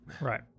Right